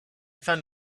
found